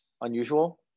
unusual